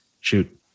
Shoot